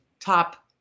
top